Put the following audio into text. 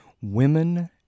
women